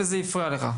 וזה הפריע לך.